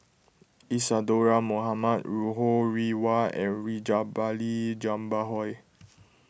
Isadhora Mohamed Ho Rih Hwa and Rajabali Jumabhoy